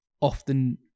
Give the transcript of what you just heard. often